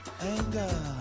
Anger